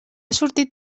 sortit